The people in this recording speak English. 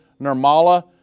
Nirmala